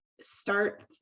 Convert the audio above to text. start